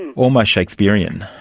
and almost shakespearean.